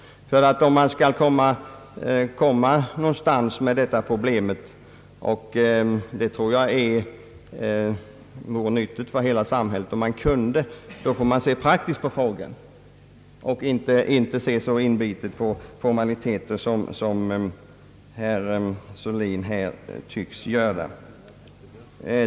Men om man skall komma någonstans med detta problem, och jag tror att det vore nyttigt för hela samhället om man kunde det, så får man se praktiskt på frågan och inte se så inbitet formalistiskt som herr Sörlin tycks göra.